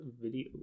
video